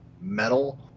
metal